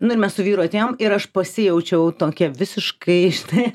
nu ir mes su vyru atėjom ir aš pasijaučiau tokia visiškai žinai